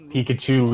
Pikachu